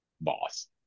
boss